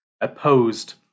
opposed